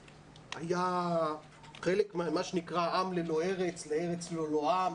היה חלק ממה שנקרא "עם ללא ארץ" ו"ארץ ללא עם".